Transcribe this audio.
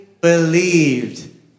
believed